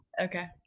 Okay